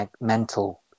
mental